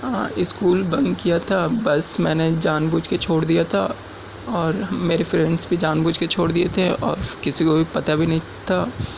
school bunk کیا تھا بس میں نے جان بوجھ کے چھوڑ دیا تھا اور میرے فرینڈس بھی جان بوجھ کے چھوڑ دیئے تھے اور کسی کو بھی پتا بھی نہیں تھا